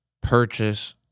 purchase